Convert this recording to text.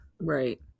right